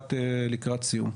לקראת סיום.